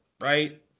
right